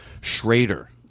Schrader